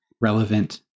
relevant